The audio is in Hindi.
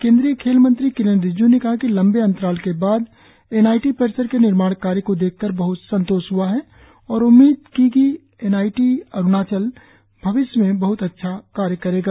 केंद्रीय खेल मंत्री किरेन रिजिज् ने कहा कि लंबे अंतराल के बाद एन आई टी परिसर के निर्माण कार्य को देखकर बहत संतोष हआ है और उम्मीद की कि एन आई टी अरुणाचल भविष्य बहत अच्छा कार्य करेगा